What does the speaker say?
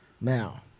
now